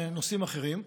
בנושאים אחרים,